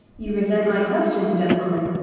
you resent my questions, gentlemen?